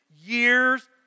years